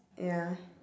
ya